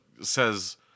says